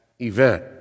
Event